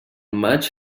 maig